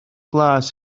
glas